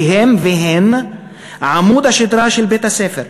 כי הם והן עמוד השדרה של בית-הספר.